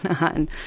on